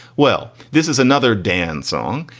well, this is another dance song.